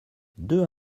deux